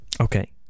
Okay